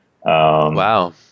Wow